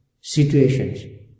situations